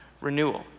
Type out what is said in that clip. renewal